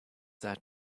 that